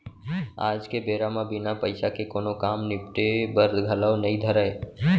आज के बेरा म बिना पइसा के कोनों काम निपटे बर घलौ नइ धरय